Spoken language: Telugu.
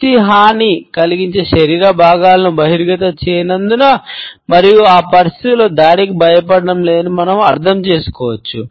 వ్యక్తి హాని కలిగించే శరీర భాగాలను బహిర్గతం చేసినందున మరియు ఆ పరిస్థితిలో దాడికి భయపడటం లేదని మనం అర్థం చేసుకోవచ్చు